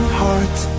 heart